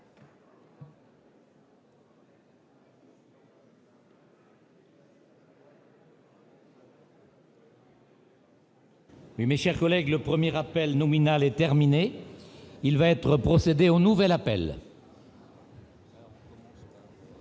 l'appel nominal. Le premier appel nominal est terminé. Il va être procédé au nouvel appel.